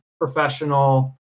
professional